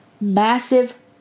massive